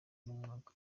n’umwaka